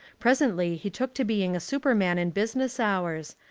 presently he took to being a super man in business hours,